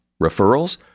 referrals